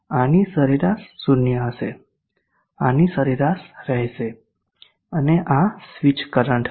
આની સરેરાશ શૂન્ય હશે આની સરેરાશ રહેશે અને આ સ્વીચ કરંટ હશે